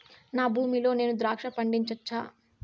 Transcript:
నా భూమి లో నేను ద్రాక్ష పండించవచ్చా?